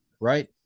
right